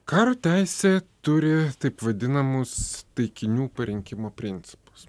karo teisė turi taip vadinamus taikinių parinkimo principus